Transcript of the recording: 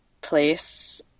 place